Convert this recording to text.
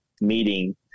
meeting